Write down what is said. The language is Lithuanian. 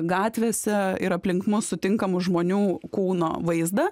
gatvėse ir aplink mus sutinkamų žmonių kūno vaizdą